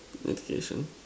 navigation